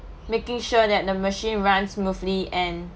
making sure that the machine ran smoothly and